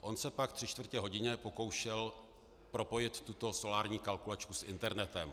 On se pak tři čtvrtě hodiny pokoušel propojit tuto solární kalkulačku s internetem.